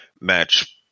match